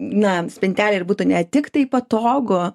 na spintelę ir būtų ne tik tai patogu